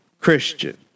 Christian